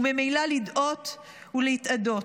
וממילא לדהות ולהתאדות.